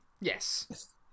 Yes